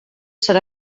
serà